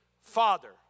Father